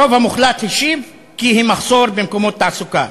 הרוב המוחלט השיב: בגלל מחסור במקומות תעסוקה.